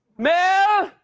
mel?